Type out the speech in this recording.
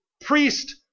priest